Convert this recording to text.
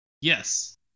Yes